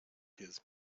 his